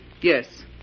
Yes